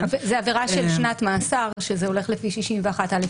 זה עבירה של שנת מאסר, שזה הולך לפי 61(א)(2).